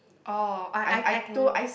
oh I I I can